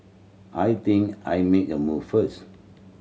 I think I'll make a move first